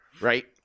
right